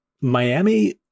Miami